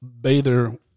Bather